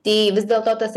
tai vis dėlto tas